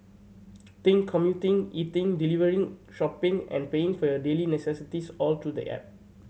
think commuting eating delivering shopping and paying for your daily necessities all through the app